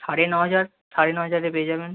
সাড়ে ন হাজার সাড়ে ন হাজারে পেয়ে যাবেন